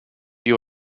you